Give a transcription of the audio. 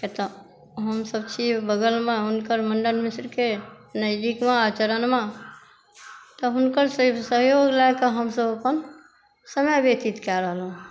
किया तऽ हमसभ छी बग़लमे हुनकर मण्डन मिश्रके नज़दीकमे आ चरणमे तऽ हुनकर सहयोग लए कऽ हमसभ अपन समय व्यतीत कए रहलहुँ हँ